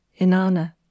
Inanna